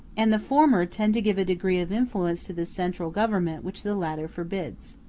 and the former tend to give a degree of influence to the central government which the latter forbids.